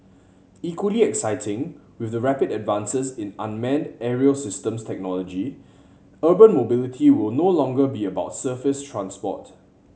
equally exciting with the rapid advances in unmanned aerial systems technology urban mobility will no longer be about surface transport